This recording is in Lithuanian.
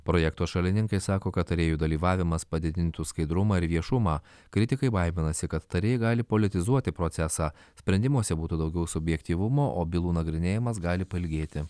projekto šalininkai sako kad tarėjų dalyvavimas padidintų skaidrumą ir viešumą kritikai baiminasi kad tarėjai gali politizuoti procesą sprendimuose būtų daugiau subjektyvumo o bylų nagrinėjimas gali pailgėti